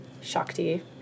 shakti